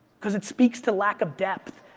because it speaks to lack of depth.